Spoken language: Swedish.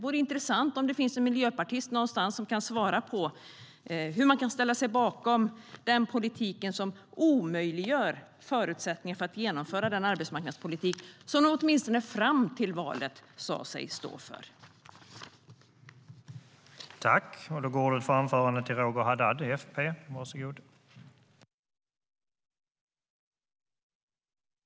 Om det finns en miljöpartist någonstans som kan svara vore det intressant att få veta hur de kan ställa sig bakom en politik som omöjliggör förutsättningar för att genomföra den arbetsmarknadspolitik som de, åtminstone fram till valet, sa sig stå för.